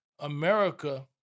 America